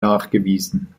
nachgewiesen